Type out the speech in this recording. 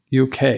UK